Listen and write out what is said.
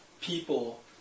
people